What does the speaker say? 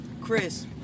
Chris